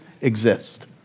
exist